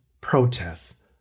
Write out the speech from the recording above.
protests